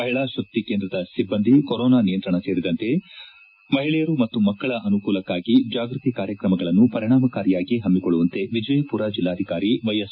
ಮಹಿಳಾ ಶಕ್ತಿ ಕೇಂದ್ರದ ಸಿಬ್ಬಂದಿ ಕೊರೊನಾ ನಿಯಂತ್ರಣ ಸೇರಿದಂತೆ ಮಹಿಳೆಯರ ಮತ್ತು ಮಕ್ಕಳ ಅನುಕೂಲಕ್ಷಾಗಿ ಜಾಗ್ಟತಿ ಕಾರ್ಯಕ್ರಮಗಳನ್ನು ಪರಿಣಾಮಕಾರಿಯಾಗಿ ಪಮ್ಹಿಕೊಳ್ಳುವಂತೆ ವಿಜಯಪುರ ಜಿಲ್ಲಾಧಿಕಾರಿ ವೈಎಸ್